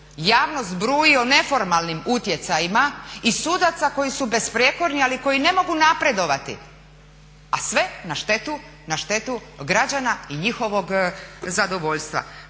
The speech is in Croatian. Javnost bruji o neformalnim utjecajima i sudaca koji su bezprijekorni ali koji ne mogu napredovati a sve na štetu građana i njihovog zadovoljstva.